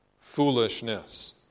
foolishness